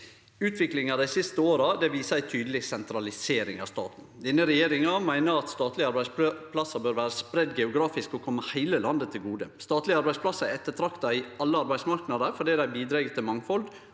Utviklinga dei siste åra viser ei tydeleg sentralisering av staten. Denne regjeringa meiner at statlege arbeidsplassar bør vere spreidde geografisk og kome heile landet til gode. Statlege arbeidsplassar er ettertrakta i alle arbeidsmarknader fordi dei bidreg til mangfald